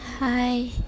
Hi